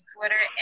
Twitter